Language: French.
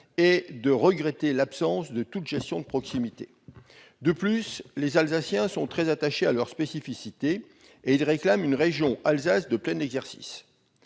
pour regretter l'absence de toute gestion de proximité. De plus, les Alsaciens sont très attachés à leur spécificité et réclament une région Alsace de plein exercice.